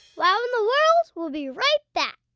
wow in the world will be right back.